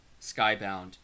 skybound